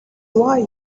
why